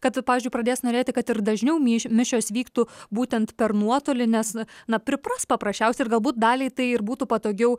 kad pavyzdžiui pradės norėti kad ir dažniau myš mišios vyktų būtent per nuotolines na na pripras paprasčiausiai ir galbūt daliai tai ir būtų patogiau